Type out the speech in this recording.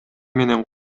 менен